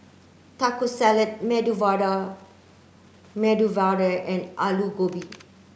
Taco Salad Medu Vada Medu Vada and Alu Gobi